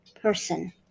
person